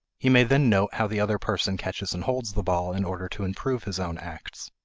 he may then note how the other person catches and holds the ball in order to improve his own acts.